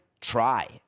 try